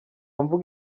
mvugo